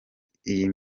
iyi